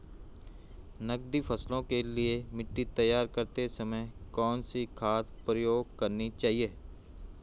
नकदी फसलों के लिए मिट्टी तैयार करते समय कौन सी खाद प्रयोग करनी चाहिए?